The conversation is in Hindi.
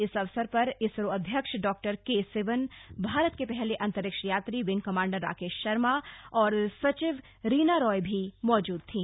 इस अवसर पर इसरो अध्यक्ष डॉक्टर के सिवन भारत के पहले अंतरिक्ष यात्री विंग कमांडर राकेश शर्मा और सचिव रीना रॉय भी मौजूद थीं